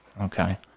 okay